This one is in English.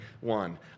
one